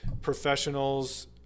professionals